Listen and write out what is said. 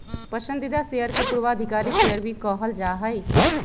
पसंदीदा शेयर के पूर्वाधिकारी शेयर भी कहल जा हई